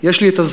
יש לי הזכות